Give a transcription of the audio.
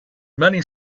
many